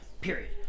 Period